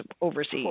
overseas